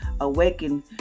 Awaken